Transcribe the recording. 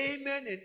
Amen